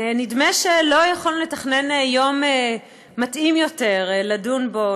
נדמה לי שלא יכולנו לתכנן יום מתאים יותר לדון בו,